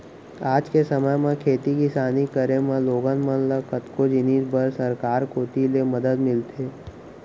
आज के समे म खेती किसानी करे म लोगन मन ल कतको जिनिस बर सरकार कोती ले मदद मिलथे